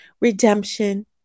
redemption